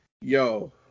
Yo